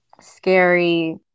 Scary